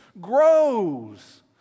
grows